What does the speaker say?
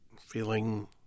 feeling